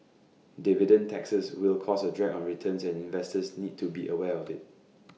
dividend taxes will cause A drag on returns and investors need to be aware of IT